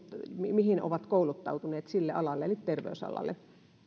mihin ovat kouluttautuneet eli terveysalalle